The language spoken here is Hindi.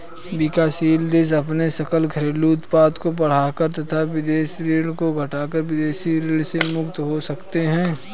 विकासशील देश अपने सकल घरेलू उत्पाद को बढ़ाकर तथा विदेशी ऋण को घटाकर विदेशी ऋण से मुक्त हो सकते हैं